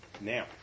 Now